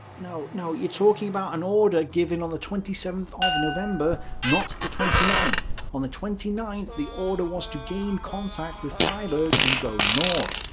no, you're talking about an order given on the twenty seventh of november, not the twenty ninth. on the twenty ninth, the order was to gain contact with freyberg and go north.